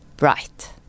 Right